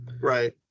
right